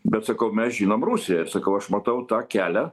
bet sakau mes žinom rusiją ir sakau aš matau tą kelią